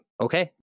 okay